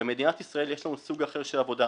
במדינת ישראל יש לנו סוג אחר של עבודה.